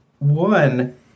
one